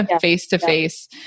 face-to-face